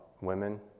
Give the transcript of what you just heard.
women